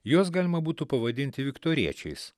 juos galima būtų pavadinti viktoriečiais